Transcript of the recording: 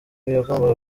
yagombaga